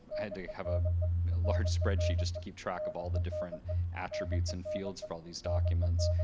had to have a large spreadsheet just to keep track of all the different attributes and fields for all these documents.